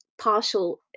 partial